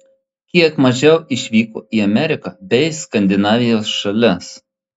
kiek mažiau išvyko į ameriką bei skandinavijos šalis